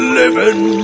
living